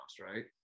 right